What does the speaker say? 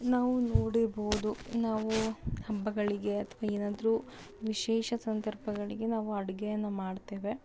ನಾವು ನೋಡಿರ್ಬೌದು ನಾವು ಹಬ್ಬಗಳಿಗೆ ಅಥವಾ ಏನಾದ್ರು ವಿಶೇಷ ಸಂದರ್ಭಗಳಿಗೆ ನಾವು ಅಡುಗೆಯನ್ನ ಮಾಡ್ತೇವೆ